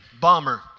bomber